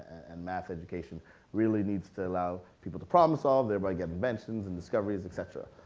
and math education really needs to allow people to problem solve thereby getting inventions and discoveries, et cetera?